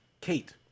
kate